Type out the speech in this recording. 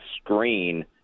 screen